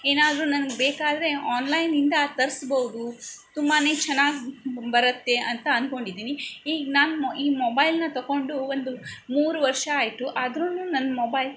ಏನಾದರು ನನ್ಗೆ ಬೇಕಾದರೆ ಆನ್ಲೈನಿಂದ ತರಿಸ್ಬೋದು ತುಂಬಾ ಚೆನ್ನಾಗ್ ಬರುತ್ತೆ ಅಂತ ಅನ್ಕೊಂಡಿದ್ದಿನಿ ಈಗ ನಾನು ಈ ಮೊಬೈಲ್ನ ತಗೊಂಡು ಒಂದು ಮೂರು ವರ್ಷ ಆಯಿತು ಆದ್ರೂ ನನ್ನ ಮೊಬೈಲ್